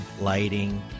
lighting